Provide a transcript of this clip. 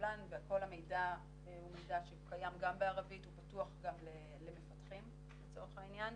המידע קיים גם בערבית והוא פתוח גם למפתחים לצורך העניין